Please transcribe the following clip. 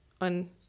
on